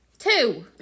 Two